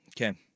Okay